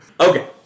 Okay